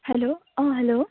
hello uh hello